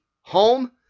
home